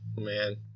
man